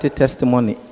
testimony